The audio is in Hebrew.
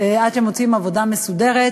עד שמוצאים עבודה מסודרת.